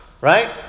right